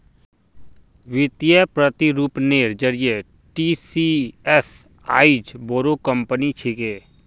वित्तीय प्रतिरूपनेर जरिए टीसीएस आईज बोरो कंपनी छिके